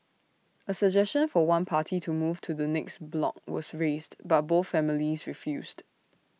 A suggestion for one party to move to the next block was raised but both families refused